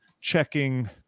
checking